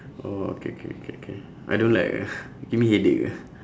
oh K K K K I don't like ah give me headache ah